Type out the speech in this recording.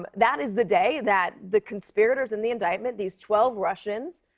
um that is the day that the conspirators in the indictment, these twelve russians,